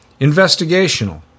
Investigational